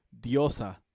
Diosa